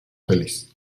feliz